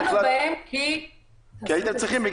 דנו בהן כי --- כי הייתם צריכים.